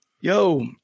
yo